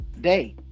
day